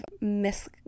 Miss